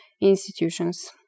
institutions